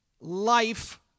life